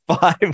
five